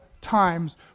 times